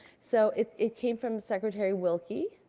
so, it it came from secretary wilkie.